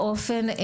באופן אחראי,